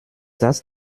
das